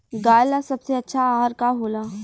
गाय ला सबसे अच्छा आहार का होला?